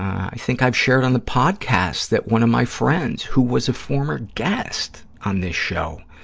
i think i've shared on the podcast that one of my friends, who was a former guest on this show,